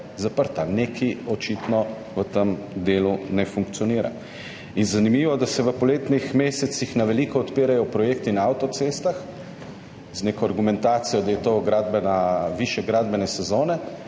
zaprta. Nekaj očitno v tem delu ne funkcionira. In zanimivo, da se v poletnih mesecih na veliko odpirajo projekti na avtocestah z neko argumentacijo, da je to višek gradbene sezone,